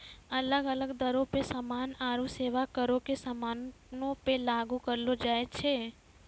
अलग अलग दरो पे समान आरु सेबा करो के समानो पे लागू करलो जाय छै